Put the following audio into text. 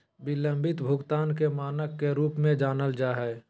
बिलम्बित भुगतान के मानक के रूप में जानल जा हइ